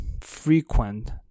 frequent